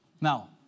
Now